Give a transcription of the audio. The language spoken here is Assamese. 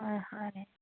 হয় হয়